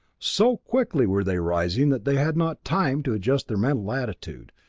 so quickly were they rising that they had not time to adjust their mental attitude.